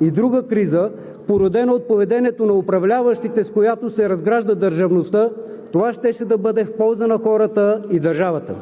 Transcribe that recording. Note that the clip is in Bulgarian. и друга криза, породена от поведението на управляващите, с която се разгражда държавността, това щеше да бъде в полза на хората и държавата.